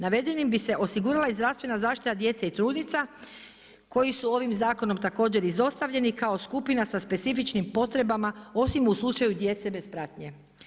Navedenim bi se osigurala i zdravstvena zaštita djece i trudnica, koji su ovim zakonom također izostavljeni kao skupina sa specifičnim potrebama, osim u slučaju djece bez pratnje.